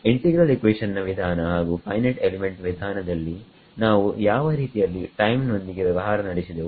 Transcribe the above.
integral equation ನ ವಿಧಾನ ಹಾಗು ಫೈನೈಟ್ ಎಲಿಮೆಂಟ್ ವಿಧಾನದಲ್ಲಿ ನಾವು ಯಾವ ರೀತಿಯಲ್ಲಿ ಟೈಮ್ ನೊಂದಿಗೆ ವ್ಯವಹಾರ ನಡೆಸಿದೆವು